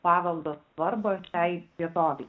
paveldo svarbą šiai vietovei